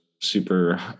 super